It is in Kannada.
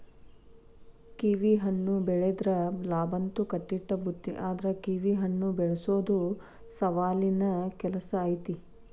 ಕಿವಿಹಣ್ಣ ಬೆಳದ್ರ ಲಾಭಂತ್ರು ಕಟ್ಟಿಟ್ಟ ಬುತ್ತಿ ಆದ್ರ ಕಿವಿಹಣ್ಣ ಬೆಳಸೊದು ಸವಾಲಿನ ಕೆಲ್ಸ ಐತಿ